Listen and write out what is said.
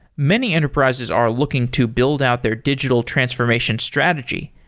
many enterprises are looking to build out their digital transformation strategy.